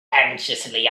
anxiously